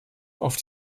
auf